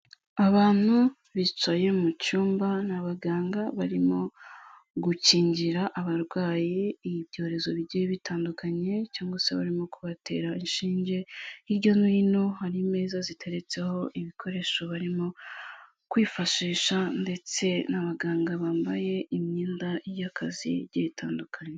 Abantu bicaye mu cyumba ni abaganga barimo gukingira abarwayi ibyorezo bigiye bitandukanye cyangwa se barimo kubatera inshinge, hirya no hino hari imeza ziteretseho ibikoresho barimo kwifashisha ndetse n'abaganga bambaye imyenda y'akazi igiye itandukanye.